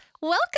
Welcome